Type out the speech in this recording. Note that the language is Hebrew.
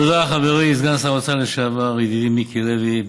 תודה, חברי סגן שר האוצר לשעבר, ידידי מיקי לוי.